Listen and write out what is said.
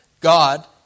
God